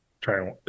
try